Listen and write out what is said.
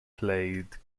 played